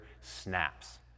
snaps